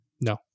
No